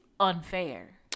unfair